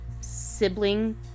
sibling